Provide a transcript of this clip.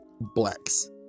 blacks